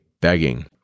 begging